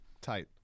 Tight